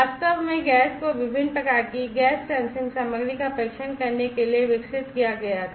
वास्तव में गैस को विभिन्न प्रकार की गैस सेंसिंग सामग्री का परीक्षण करने के लिए विकसित किया गया था